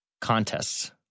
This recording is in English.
Contests